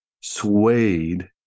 swayed